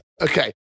Okay